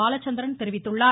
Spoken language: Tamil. பாலச்சந்திரன் தெரிவித்துள்ளார்